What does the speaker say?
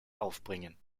aufbringen